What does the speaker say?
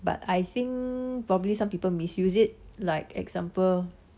but I think probably some people misuse it like example